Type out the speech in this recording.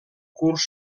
curs